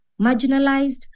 marginalized